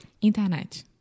Internet